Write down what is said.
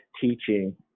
teaching